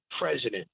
president